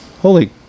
Holy